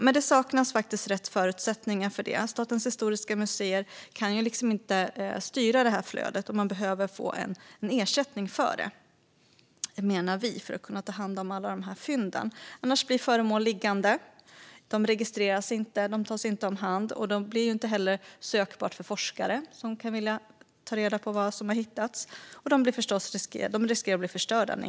Men det saknas rätt förutsättningar, och Statens historiska museer kan inte styra detta flöde. Man behöver därför få en ersättning för att kunna ta hand om alla fynd. Annars blir föremål liggande utan att registreras och tas om hand, och de blir då inte heller sökbara för forskare. Dessutom riskerar de förstås att bli förstörda.